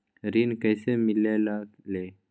ऋण कईसे मिलल ले?